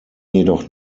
jedoch